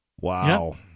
Wow